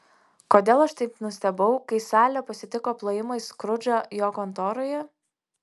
kodėl aš taip nustebau kai salė pasitiko plojimais skrudžą jo kontoroje